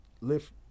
lift